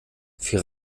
für